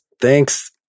Thanks